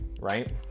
right